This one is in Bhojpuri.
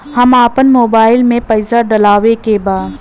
हम आपन मोबाइल में पैसा डलवावे के बा?